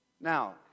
Now